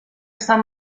sant